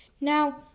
Now